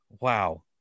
wow